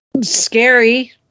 scary